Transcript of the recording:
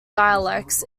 dialects